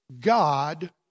God